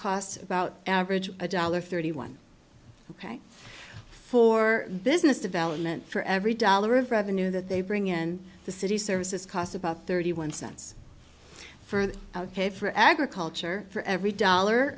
costs about average a dollar thirty one for business development for every dollar of revenue that they bring in the city services costs about thirty one cents for the ok for agriculture for every dollar